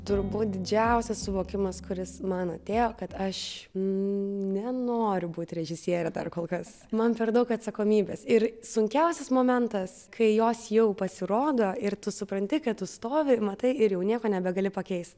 turbūt didžiausias suvokimas kuris man atėjo kad aš nenoriu būt režisierė dar kol kas man per daug atsakomybės ir sunkiausias momentas kai jos jau pasirodo ir tu supranti kad tu stovi ir matai ir jau nieko nebegali pakeist